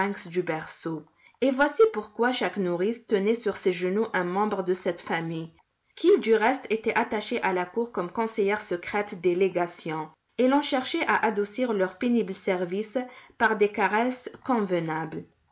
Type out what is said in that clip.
du berceau et voici pourquoi chaque nourrice tenait sur ses genoux un membre de cette famille qui du reste était attachée à la cour comme conseillère secrète des légations et l'on cherchait à adoucir leur pénible service par des caresses convenables